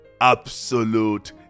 Absolute